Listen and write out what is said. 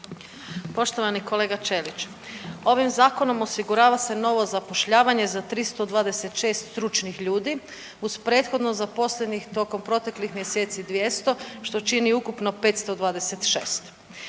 Poštovani kolega Ćelić. Ovim zakonom osigurava se novo zapošljavanje za 326 stručnih ljudi uz prethodno zaposlenih toko proteklih mjeseci 200 što čini ukupno 526.